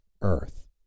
earth